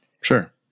Sure